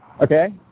okay